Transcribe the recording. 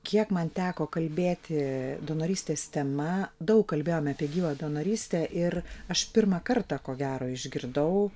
kiek man teko kalbėti donorystės tema daug kalbėjome apie gyvą donorystę ir aš pirmą kartą ko gero išgirdau